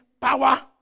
power